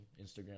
Instagram